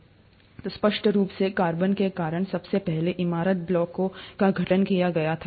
तो स्पष्ट रूप से कार्बन के कारण सबसे पहले इमारत ब्लॉकों का गठन किया गया था